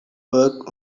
work